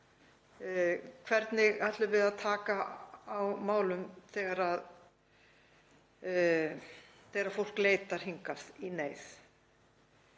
Hvernig ætlum við að taka á málum þegar fólk leitar hingað í neyð?